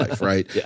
right